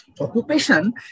Occupation